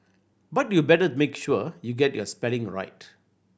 but you better make sure you get your spelling right